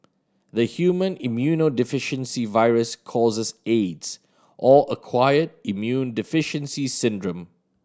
the human immunodeficiency virus causes aids or acquired immune deficiency syndrome